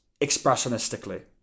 expressionistically